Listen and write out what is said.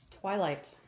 Twilight